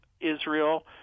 Israel